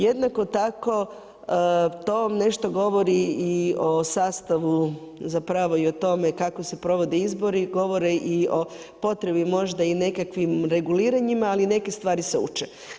Jednako tako to vam nešto govori i o sastavu zapravo i o tome kako se provode izbori, govori i potrebi možda i nekakvim reguliranjima, ali neke stvari se uče.